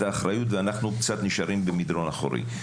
האחריות ואנחנו נשארים במדרון אחורי.